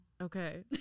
okay